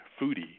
foodie